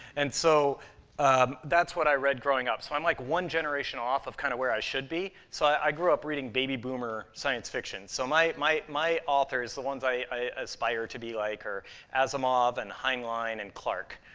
and so that's what i read growing up. so i'm like one generation off of kind of where i should be, so i grew up reading baby-boomer science fiction. so my my authors the ones i i aspire to be like are asimov and heinlein and clarke.